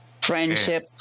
Friendship